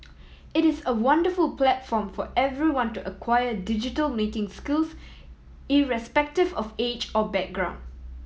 it is a wonderful platform for everyone to acquire digital making skills irrespective of age or background